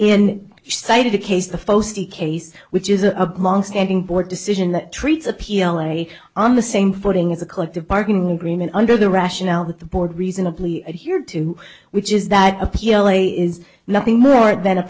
phone case which is a longstanding board decision that treats a p l l a on the same footing as a collective bargaining agreement under the rationale that the board reasonably adhere to which is that appeal a is nothing more than a